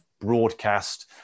broadcast